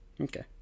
okay